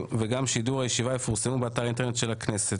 וגם שידור הישיבה יפורסם באתר האינטרנט של הכנסת.